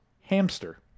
hamster